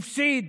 הפסיד,